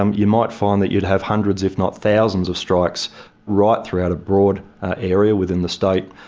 um you might find that you'll have hundreds if not thousands of strikes right throughout a broad area within the state.